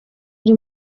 uri